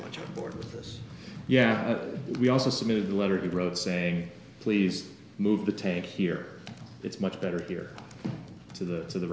much on board with us yeah we also submitted a letter he wrote say please move the take here it's much better here to the to the